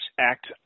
act